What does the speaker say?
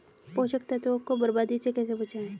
पोषक तत्वों को बर्बादी से कैसे बचाएं?